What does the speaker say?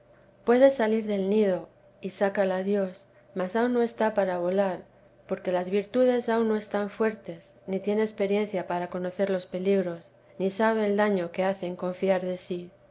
puede salir del nido y sácala dios mas aun no está para volar porque las virtudes aun no están fuertes ni tiene experiencia para conocer los peligros ni sabe el daño que hace en confiar de sí